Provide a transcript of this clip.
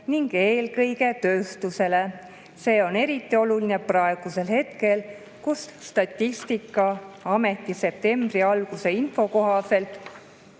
ning eelkõige tööstusele. See on eriti oluline praegu, kui Statistikaameti septembri alguse info kohaselt